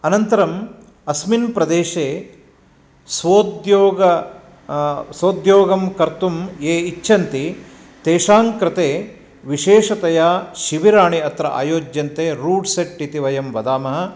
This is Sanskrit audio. अनन्तरम् अस्मिन् प्रदेशे स्वोद्योग स्वोद्योगं कर्तुं ये इच्छन्ति तेषां कृते विशेषतया शिबिराणि अत्र आयोज्यन्ते रूट् सेट् इति वयं वदामः